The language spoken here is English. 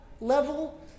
level